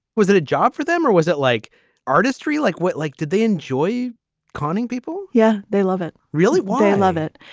was it a job for them or was it like artistry? like what? like did they enjoy conning people? yeah, they love it. really. they love it.